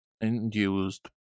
induced